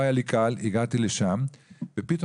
"על פי